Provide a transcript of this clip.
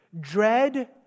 Dread